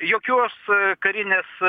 jokios karinės